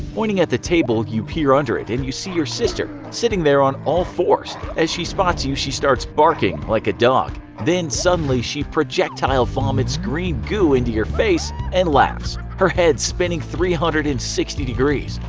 pointing at the table you peer under it and you see your sister sitting there on all fours, and as she spots you she starts barking like a dog. then suddenly, she projectile vomits green goo into your face and laughs, her head spinning three hundred and sixty degrees.